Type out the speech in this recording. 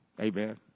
Amen